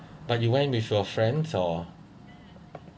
but you went with your friends or